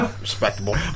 respectable